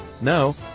no